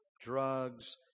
Drugs